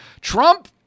Trump